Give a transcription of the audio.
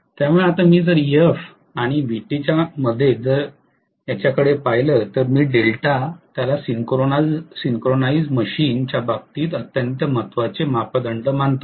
त्यामुळे आता मी जर Ef आणि Vt च्या मध्ये जर याच्यामध्ये पाहिले तर मी δ त्याला सिंक्रोनाइज मशीनच्या बाबतीत अत्यंत महत्त्वाचे मापदंड म्हणून म्हणतो